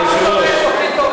אדוני היושב-ראש,